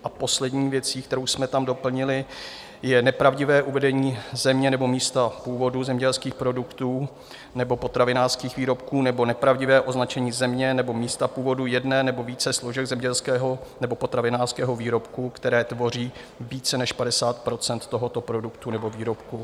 A poslední věcí, kterou jsme tam doplnili, je nepravdivé uvedení země nebo místa původu zemědělských produktů nebo potravinářských výrobků nebo nepravdivé označení země nebo místa původu jedné nebo více složek zemědělského nebo potravinářského výrobku, které tvoří více než 50 % tohoto produktu nebo výrobku.